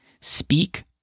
speak